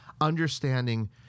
understanding